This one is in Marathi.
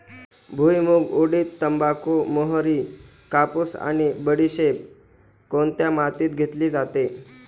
भुईमूग, उडीद, तंबाखू, मोहरी, कापूस आणि बडीशेप कोणत्या मातीत घेतली जाते?